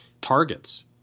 targets